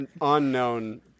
unknown